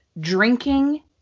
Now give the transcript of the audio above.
Drinking